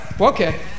Okay